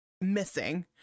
missing